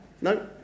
No